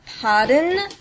Pardon